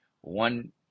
one